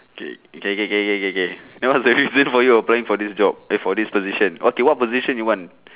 K K K K K K then what's the reason for you applying for this job eh for this position okay what position you want